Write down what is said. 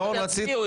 שרון, רצית?